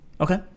Okay